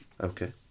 Okay